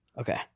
Okay